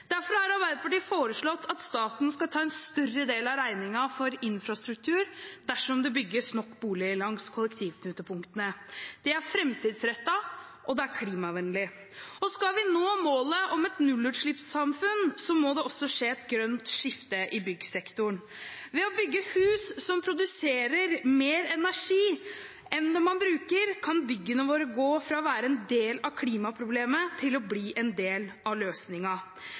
Derfor har Arbeiderpartiet foreslått at staten skal ta en større del av regningen for infrastruktur dersom det bygges nok boliger langs kollektivknutepunktene. Det er framtidsrettet, og det er klimavennlig. Skal vi nå målet om et nullutslippssamfunn, må det også skje et grønt skifte i byggsektoren. Ved å bygge hus som produserer mer energi enn man bruker, kan byggene våre gå fra å være en del av klimaproblemet til å bli en del av